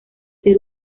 ser